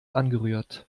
angerührt